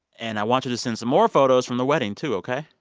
and i want you to send some more photos from the wedding, too, ok?